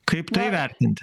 kaip tai vertinti